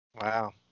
Wow